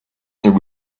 and